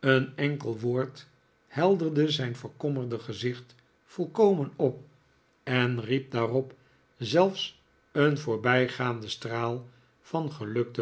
een enkel woord helderde zijn verkommerde gezicht volkomen op en riep daarop zelfs een voorbijgaanden straal van geluk